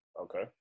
Okay